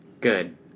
Good